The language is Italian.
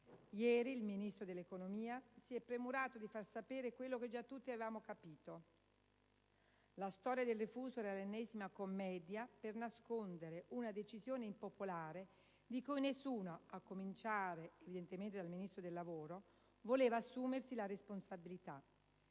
Ieri il Ministro dell'economia si è premurato di far sapere quello che già tutti avevano capito: la storia del refuso era l'ennesima commedia per nascondere una decisione impopolare di cui nessuno, a cominciare evidentemente dal Ministro del lavoro, voleva assumersi la responsabilità.